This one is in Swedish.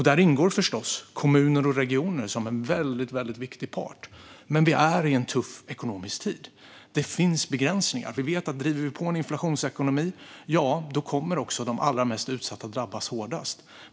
Där ingår förstås kommuner och regioner som en väldigt viktig part. Men vi är i en tuff ekonomisk tid. Det finns begränsningar. Vi vet att om vi driver på en inflationsekonomi kommer också de allra mest utsatta att drabbas hårdast.